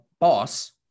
boss